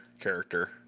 character